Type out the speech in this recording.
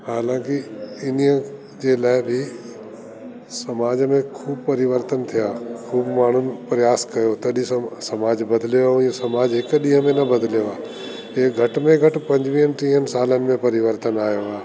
हालाकि इन्हीअ जे लाए बि समाज में खूब परिवर्तन थिया खूब माण्हुनि प्रयास कयो तॾि सभु समाज बदलियो अऊं हीए सभु समाज बदलियो अऊं समाज हिकु ॾींहुं में न बदलियो आ हे घटि में घटि ट्रीह सालन में परिवर्तन आयो आ